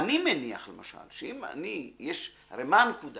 הרי מה הנקודה